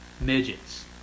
Midgets